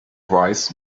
wise